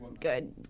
good